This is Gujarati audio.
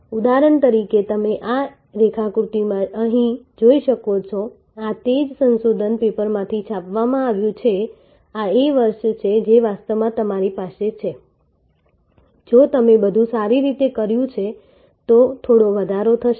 ઉદાહરણ તરીકે તમે આ રેખાકૃતિમાં અહીં જોઈ શકો છો આ તે જ સંશોધન પેપરમાંથી છાપવામાં આવ્યું છે આ એ વર્ષ છે જે વાસ્તવમાં તમારી પાસે છે જો તમે બધું સારી રીતે કર્યું છે તો થોડો વધારો થશે